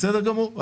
בסדר גמור.